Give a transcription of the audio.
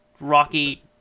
Rocky